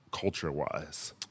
culture-wise